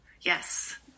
Yes